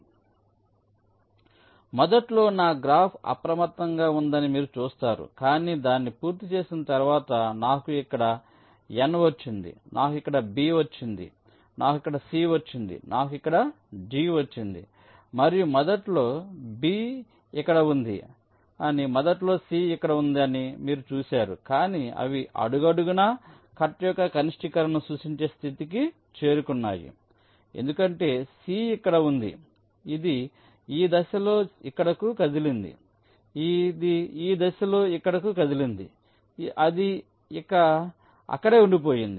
కాబట్టి మొదట్లో నా గ్రాఫ్ అప్రమత్తంగా ఉందని మీరు చూస్తారు కాని దాన్ని పూర్తి చేసిన తరువాత నాకు ఇక్కడ n వచ్చింది నాకు ఇక్కడ b వచ్చింది నాకు ఇక్కడ c వచ్చింది నాకు ఇక్కడ g వచ్చింది మీరు మొదట్లో b ఇక్కడ ఉంది అని మొదట్లో సి ఇక్కడే ఉంది అనిమీరు చూశారు కాని అవి అడుగడుగునా కట్ యొక్క కనిష్టీకరణను సూచించే స్థితికి చేరుకున్నాయి ఎందుకంటే సి ఇక్కడ ఉంది ఇది ఈ దశలో ఇక్కడకు కదిలింది ఇది ఈ దశలో ఇక్కడకు కదిలింది అది ఇక అక్కడే ఉండిపోయింది